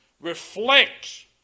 reflect